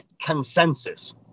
consensus